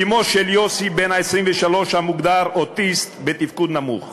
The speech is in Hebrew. אמו של יוסי בן ה-23, המוגדר אוטיסט בתפקוד נמוך.